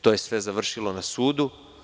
To je sve završilo na sudu.